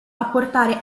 apportare